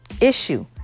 issue